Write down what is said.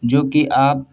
جو کہ آپ